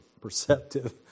perceptive